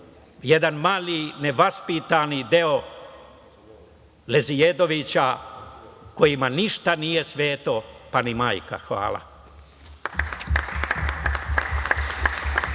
jedan mali nevaspitani deo lezijedovića kojima ništa nije sveto, pa ni majka. Hvala.